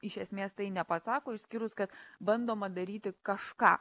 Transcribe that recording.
iš esmės tai nepasako išskyrus kad bandoma daryti kažką